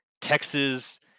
Texas